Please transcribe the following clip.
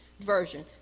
version